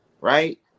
right